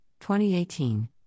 2018